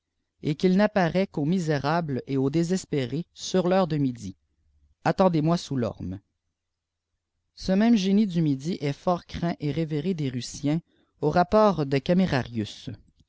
et qu'il n'apparaît qu aux misérables et aux désespérés sur l'heure de midi attendez-moi sous l'orme ce même génie du midi est fort craint et révéré des russiens au rapport de